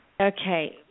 Okay